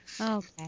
Okay